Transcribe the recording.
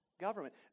government